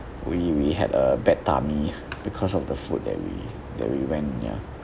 we we had a bad tummy because of the food that we that we went ya